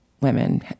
women